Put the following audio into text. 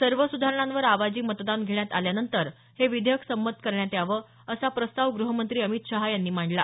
सर्व सुधारणांवर आवाजी मतदान घेण्यात आल्यानंतर हे विधेयक संमत करण्यात यावं असा प्रस्ताव गृहमंत्री अमित शहा यांनी मांडला